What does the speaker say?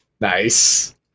Nice